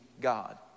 God